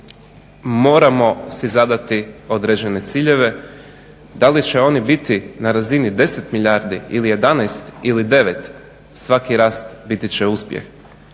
moramo si zadati određene ciljeve. Da li će oni biti na razini deset milijardi ili jedanaest ili devet svaki rast biti će uspjeh.